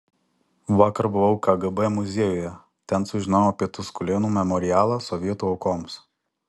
vakar buvau kgb muziejuje ten sužinojau apie tuskulėnų memorialą sovietų aukoms